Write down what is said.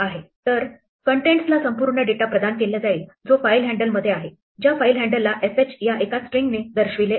आहे तरcontents ला संपूर्ण डेटा प्रदान केल्या जाईल जो फाईल हँडल मध्ये आहे ज्या फाईल हँडलला fh या एका स्ट्रिंगने दर्शविले आहे